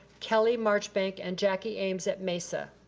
kelly marchbank, and jackie aims at mesa.